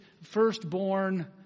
firstborn